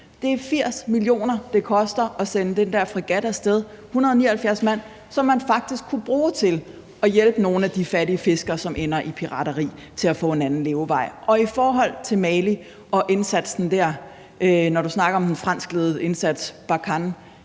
Det er 80 mio. kr., det koster at sende den her fregat af sted, 179 mand, som man faktisk kunne bruge til at hjælpe nogle af de fattige fiskere, som ender i pirateri, til at få en anden levevej. I forhold til indsatsen i Mali og når du snakker om den franskledede indsats